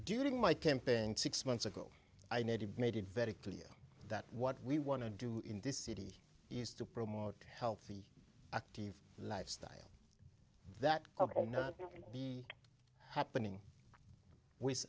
during my camping six months ago i made made it very clear that what we want to do in this city is to promote healthy active lifestyle that of all not be happening with